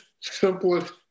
simplest